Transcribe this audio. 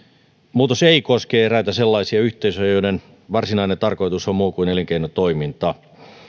muutos ei koske eräitä sellaisia yhteisöjä joiden varsinainen tarkoitus on muu kuin elinkeinotoiminta